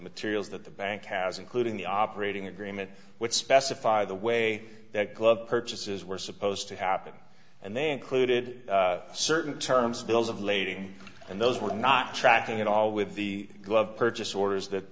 materials that the bank has including the operating agreement which specify the way that glove purchases were supposed to happen and they included certain terms bills of lading and those were not tracking it all with the glove purchase orders that